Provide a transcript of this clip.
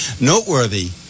noteworthy